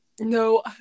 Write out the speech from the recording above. No